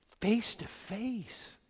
Face-to-face